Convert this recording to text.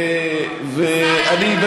השר יריב,